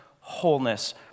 wholeness